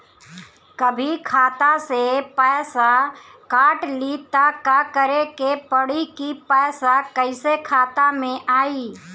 कभी खाता से पैसा काट लि त का करे के पड़ी कि पैसा कईसे खाता मे आई?